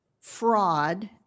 Fraud